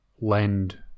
lend